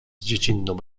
dziecinną